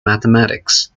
mathematics